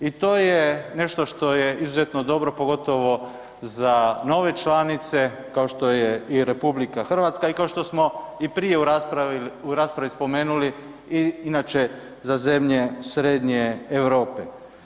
I to je nešto što je izuzetno dobro, pogotovo za nove članice kao što je i RH i kao što smo i prije raspravi spomenuli inače za zemlje Srednje Europe.